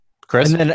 Chris